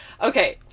Okay